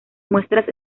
muestras